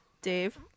Dave